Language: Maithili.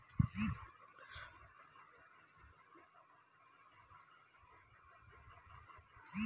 सभ मन्त्रालय दिससँ कतेको योजनाक आरम्भ कएल जाइत छै